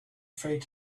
freight